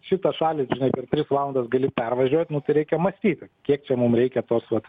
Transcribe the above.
šitą šalį per tris valandas gali pervažiuot nu tai reikia mąstyti kiek čia mum reikia tos vat